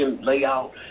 layout